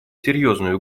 серьезную